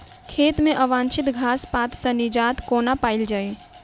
खेत मे अवांछित घास पात सऽ निजात कोना पाइल जाइ?